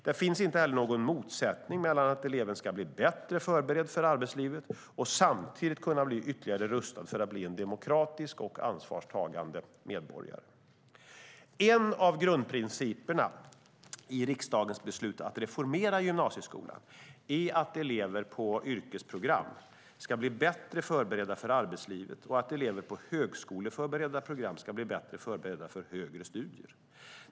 Det finns inte heller någon motsättning mellan att eleven ska bli bättre förberedd för arbetslivet och samtidigt kunna bli ytterligare rustad för att bli en demokratisk och ansvarstagande medborgare. En av grundprinciperna i riksdagens beslut att reformera gymnasieskolan är att elever på yrkesprogram ska bli bättre förberedda för arbetslivet och att elever på högskoleförberedande program ska bli bättre förberedda för högre studier.